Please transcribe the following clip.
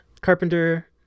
Carpenter